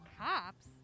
Cops